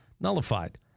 nullified